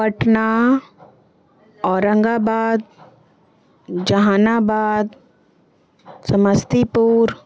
Patna Aurangabad Jehanabad سمستی پور